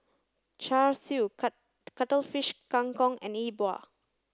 Char Siu cuttlefish Kang Kong and E Bua